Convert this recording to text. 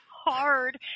hard